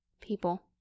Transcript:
People